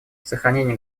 сохранение